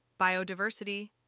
biodiversity